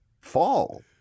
fall